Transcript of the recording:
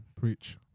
Preach